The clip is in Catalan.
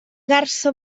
garsa